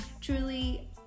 truly